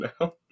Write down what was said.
now